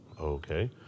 okay